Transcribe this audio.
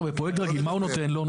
מה הוא נותן לו?